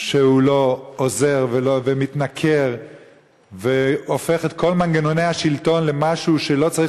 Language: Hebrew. שהוא לא עוזר ומתנכר והופך את כל מנגנוני השלטון למשהו שלא צריך